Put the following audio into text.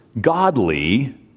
godly